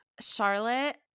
Charlotte